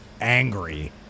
angry